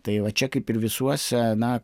tai va čia kaip ir visuose na